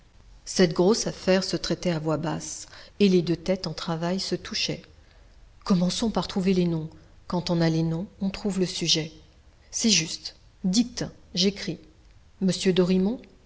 cette grosse affaire se traitait à voix basse et les deux têtes en travail se touchaient commençons par trouver les noms quand on a les noms on trouve le sujet c'est juste dicte j'écris monsieur